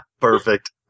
Perfect